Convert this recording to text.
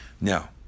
Now